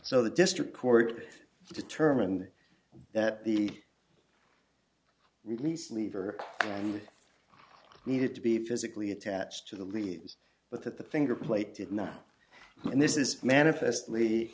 so the district court determined that the release lever needed to be physically attached to the leaves but that the finger plate did not and this is manifest